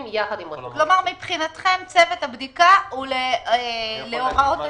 כלומר, מבחינתכם צוות הבדיקה הוא להוראות השעה,